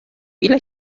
ile